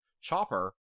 Chopper